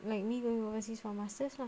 like me going overseas for masters lah